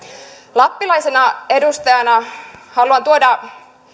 lappilaisena edustajana haluan tuoda